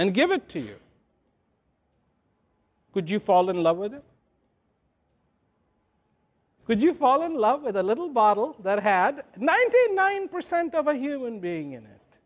and give it to you could you fall in love with it could you fall in love with a little bottle that had ninety nine percent of a human being in it